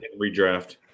Redraft